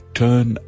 turn